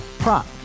Prop